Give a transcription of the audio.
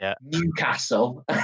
Newcastle